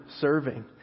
serving